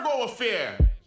affair